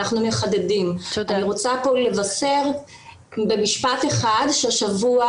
אני רוצה לבשר במשפט אחד שהשבוע